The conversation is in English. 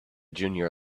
junior